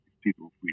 people